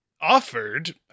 offered